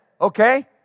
okay